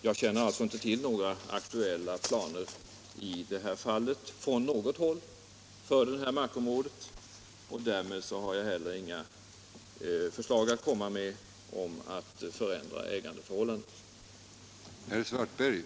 Jag känner alltså inte till några aktuella planer på något håll för det här markområdet, och därför har jag heller inga förslag att komma med om någon förändring av ägandeförhållandet.